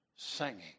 singing